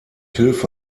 hilfe